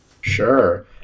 Sure